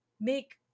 make